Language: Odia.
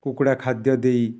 କୁକୁଡ଼ା ଖାଦ୍ୟ ଦେଇ